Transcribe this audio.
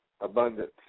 abundance